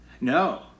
No